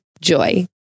Joy